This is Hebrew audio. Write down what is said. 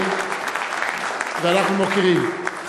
(מחיאות כפיים) אנחנו מוקירים.